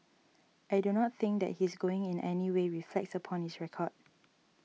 I do not think that his going in anyway reflects upon his record